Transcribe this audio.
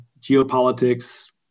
geopolitics